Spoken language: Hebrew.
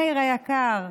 מאיר היקר,